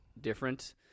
different